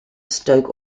stoke